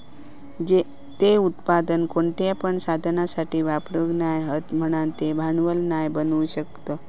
ते उत्पादन कोणत्या पण साधनासाठी वापरूक नाय हत म्हणान ते भांडवल नाय बनू शकत